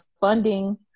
funding